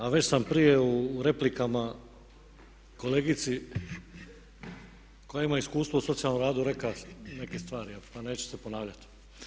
A već sam prije u replikama kolegici koja ima iskustvo u socijalnom radu rekao neke stvari pa neću se ponavljati.